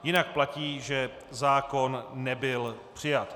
Jinak platí, že zákon nebyl přijat.